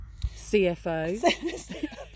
CFO